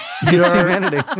humanity